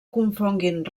confonguin